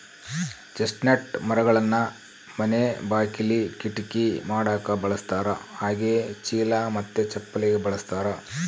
chestnut ಮರಗಳನ್ನ ಮನೆ ಬಾಕಿಲಿ, ಕಿಟಕಿ ಮಾಡಕ ಬಳಸ್ತಾರ ಹಾಗೆಯೇ ಚೀಲ ಮತ್ತೆ ಚಪ್ಪಲಿಗೆ ಬಳಸ್ತಾರ